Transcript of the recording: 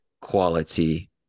quality